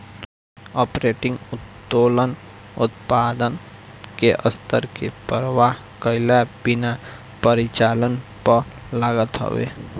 operating उत्तोलन उत्पादन के स्तर के परवाह कईला बिना परिचालन पअ लागत हवे